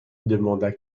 demanda